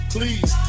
Please